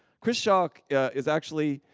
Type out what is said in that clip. chris shaw is actually